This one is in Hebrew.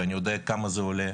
ואני יודע כמה זה עולה,